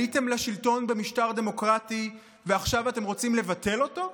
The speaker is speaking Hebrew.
עליתם לשלטון במשטר דמוקרטי ועכשיו אתם רוצים לבטל אותו?